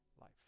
life